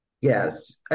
Yes